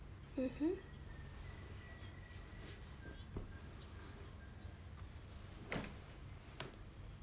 mmhmm